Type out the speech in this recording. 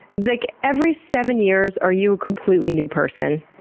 like, every seven years, are you a completely new person?